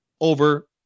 over